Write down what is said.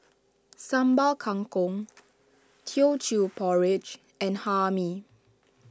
Sambal Kangkong Teochew Porridge and Hae Mee